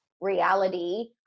reality